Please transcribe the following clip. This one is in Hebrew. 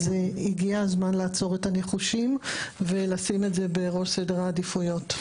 אז הגיע הזמן לעצור את הניחושים ולשים את זה בראש סדר העדיפויות.